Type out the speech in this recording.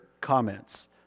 comments